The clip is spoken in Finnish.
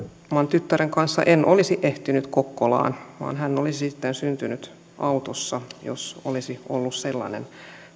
tyttären kanssa en olisi ehtinyt kokkolaan vaan hän olisi sitten syntynyt autossa jos olisi ollut sellainen